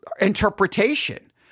interpretation